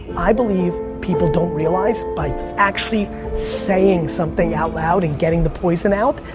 i believe people don't realize by actually saying something out loud and getting the poison out.